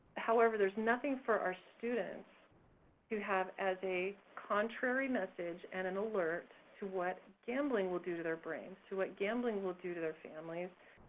however, there's nothing for our students who have as a contrary message and an alert to what gambling will do to their brains, to what gambling will do to their families,